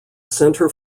center